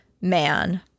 man